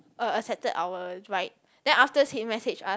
uh accepted our ride then afterwards he message us